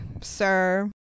sir